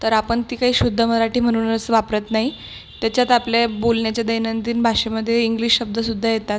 तर आपण ती काही शुद्ध मराठी म्हणूनच वापरत नाही त्याच्यात आपले बोलण्याचे दैनंदिन भाषेमध्ये इंग्लिश शब्दसुद्धा येतात